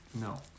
no